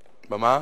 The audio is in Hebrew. בקיבוצים,